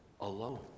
alone